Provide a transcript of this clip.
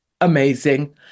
amazing